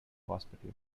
hospital